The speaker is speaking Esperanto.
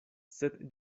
sed